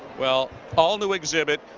well, all new exhibit,